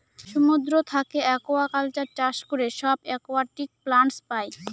সমুদ্র থাকে একুয়াকালচার চাষ করে সব একুয়াটিক প্লান্টস পাই